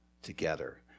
together